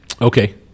Okay